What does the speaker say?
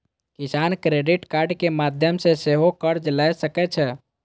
किसान क्रेडिट कार्डक माध्यम सं सेहो कर्ज लए सकै छै